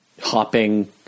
Hopping